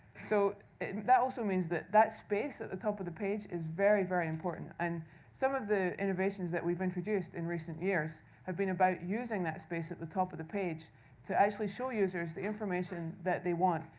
so that also means that, that space at the top of the page is very, very important. and some of the innovations that we've introduced in recent years have been about using that space at the top of the page to actually show users the information that they want,